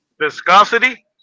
Viscosity